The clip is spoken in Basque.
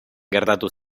gertatu